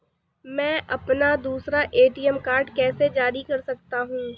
मैं अपना दूसरा ए.टी.एम कार्ड कैसे जारी कर सकता हूँ?